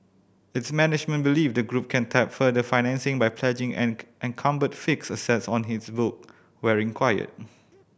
its management believe the group can tap further financing by pledging encumbered fixed assets on his book where required